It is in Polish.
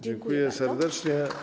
Dziękuję serdecznie.